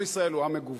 עם ישראל הוא עם מגוון,